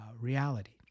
reality